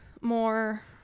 more